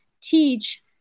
teach